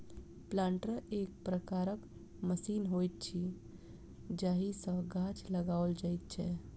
planter एक प्रकारक machine होइत अछि जाहि सॅ गाछ लगाओल जाइत छै